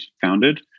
founded